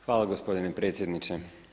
Hvala gospodine predsjedniče.